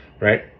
right